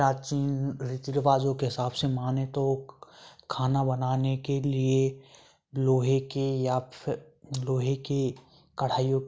प्राचीन रीति रिवाजों के हिसाब से माने तो ख खाना बनाने के लिए लोहे के या फिर लोहे की कड़ाहियों